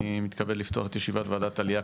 אני מתכבד לפתוח את ישיבת ועדת עליה,